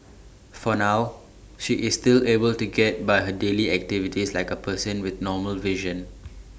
for now she is still able to get by her daily activities like A person with normal vision